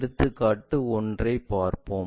எடுத்துக்காட்டு 1 ஐ பார்ப்போம்